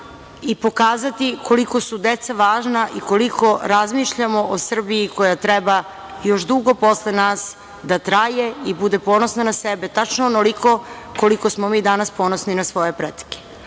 i pokazati koliko su deca važna i koliko razmišljamo o Srbiji koja treba još dugo posle nas da traje i bude ponosna na sebe, tačno onoliko koliko smo mi danas ponosni na svoje pretke. Dakle,